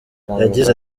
yagize